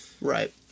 Right